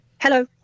Hello